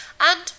and